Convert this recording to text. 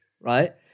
Right